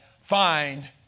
find